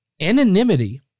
anonymity